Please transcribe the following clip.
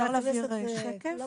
כן.